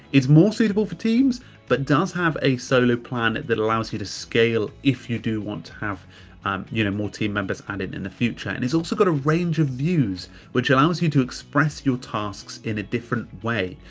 it's more suitable for teams but does have solo plan that allows you to scale if you do want to have um you know more team members added in the future. and it's also got a range of views which allows you to express your tasks in a different way.